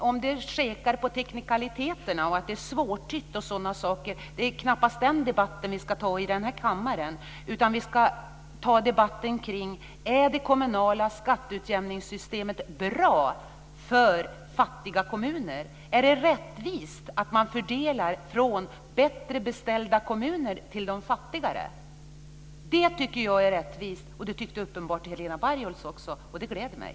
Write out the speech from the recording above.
Herr talman! Det är knappast en debatt om teknikaliteter, om svårtydbarhet osv., som vi ska föra här i kammaren, utan vi ska diskutera om det kommunala skatteutjämningssystemet är bra för fattiga kommuner. Är det rättvist att man fördelar från bättre beställda kommuner till de fattigare? Jag tycker att det är rättvist, och det tycker uppenbarligen också Helena Bargholtz, vilket gläder mig.